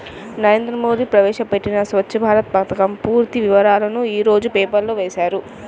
నరేంద్ర మోడీ ప్రవేశపెట్టిన స్వఛ్చ భారత్ పథకం పూర్తి వివరాలను యీ రోజు పేపర్లో వేశారు